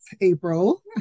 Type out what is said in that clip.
April